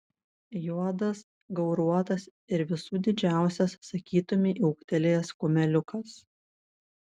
juodas gauruotas ir visų didžiausias sakytumei ūgtelėjęs kumeliukas